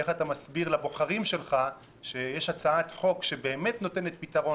איך אתה מסביר לבוחרים שלך שיש הצעת חוק שבאמת נותנת פתרון